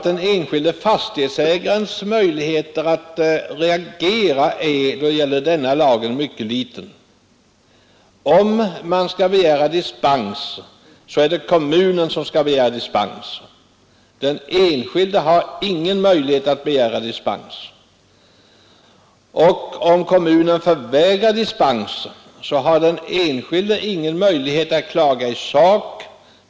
Den enskilde fastighetsägarens möjligheter att reagera då det gäller denna lag är mycket små. Om man vill ha dispens är det kommunen som skall begära den. Den enskilde har ingen möjlighet att själv begära dispens. Och om kommunen vägrar dispens har den enskilde ingen möjlighet att klaga i sak.